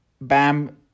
Bam